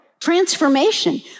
transformation